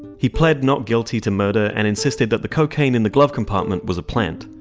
he pled not guilty to murder, and insisted that the cocaine in the glove compartment was a plant.